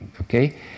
okay